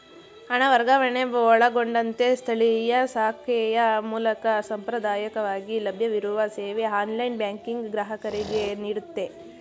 ಹಣ ವರ್ಗಾವಣೆ ಒಳಗೊಂಡಂತೆ ಸ್ಥಳೀಯ ಶಾಖೆಯ ಮೂಲಕ ಸಾಂಪ್ರದಾಯಕವಾಗಿ ಲಭ್ಯವಿರುವ ಸೇವೆ ಆನ್ಲೈನ್ ಬ್ಯಾಂಕಿಂಗ್ ಗ್ರಾಹಕರಿಗೆನೀಡುತ್ತೆ